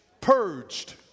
purged